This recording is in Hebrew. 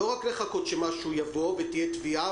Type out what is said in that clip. לא רק לחכות שמשהו יבוא ותהיה תביעה